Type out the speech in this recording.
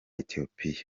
ethiopia